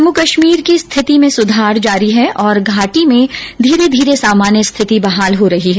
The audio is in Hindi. जम्मू कश्मीर की स्थिति में सुधार जारी है और घाटी में धीरे धीरे सामान्य स्थिति बहाल हो रही है